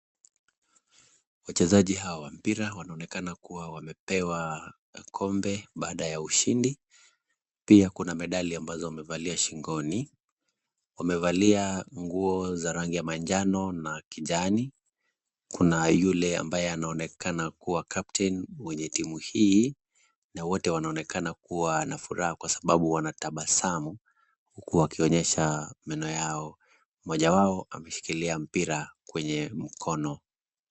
Wachezaji hawa wa mpira wanaonekana kuwa wamepewa kombe baada ya ushindi. Pia kuna medali ambazo wamevalia shingoni. Wamevalia nguo za rangi ya manjano na kijani. Kuna yule ambaye anaonekana kuwa captain mwenye timu hii na wote wanaonekana kuwa na furaha kwa sababu wanatabasamu huku wakionyesha meno yao. Mmoja wao ameshikilia mpira mwenye mkono.